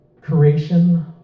creation